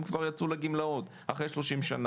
הם כבר יצאו לגמלאות אחרי 30 שנה,